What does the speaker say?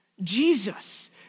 Jesus